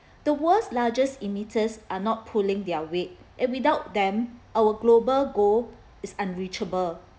the world's largest emitters are not pulling their weight and without them our global goal is unreachable